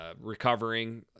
recovering